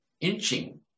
inching